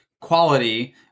quality